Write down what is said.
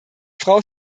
frau